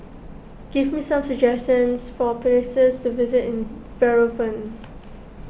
give me some suggestions for places to visit in Yerevan